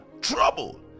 trouble